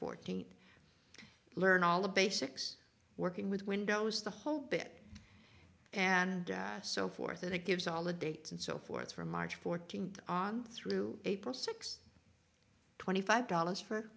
fourteenth learn all the basics working with windows the whole bit and so forth and it gives all the dates and so forth from march fourteenth on through april sixth twenty five dollars for